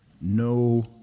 no